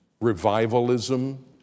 revivalism